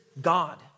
God